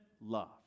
love